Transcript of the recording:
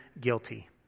guilty